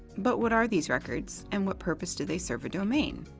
but what are these records and what purpose do they serve a domain?